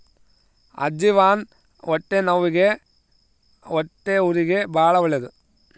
ಅಜ್ಜಿವಾನ ಹೊಟ್ಟೆನವ್ವಿಗೆ ಹೊಟ್ಟೆಹುರಿಗೆ ಬಾಳ ಒಳ್ಳೆದು